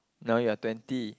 now you're twenty